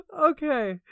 Okay